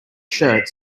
shirt